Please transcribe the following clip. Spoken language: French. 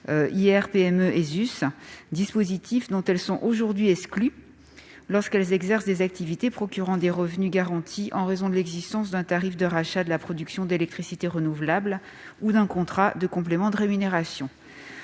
sociale, dispositif dont elles sont aujourd'hui exclues lorsqu'elles exercent des activités procurant des revenus garantis en raison de l'existence d'un tarif de rachat de la production d'électricité renouvelable ou d'un contrat de complément de rémunération.